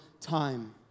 time